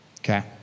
Okay